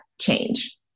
change